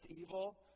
evil